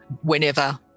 whenever